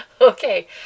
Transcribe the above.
Okay